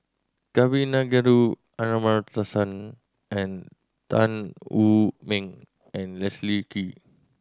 Kavignareru Amallathasan and Tan Wu Meng and Leslie Kee